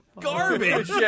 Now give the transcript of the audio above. garbage